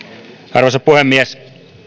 arvoisa puhemies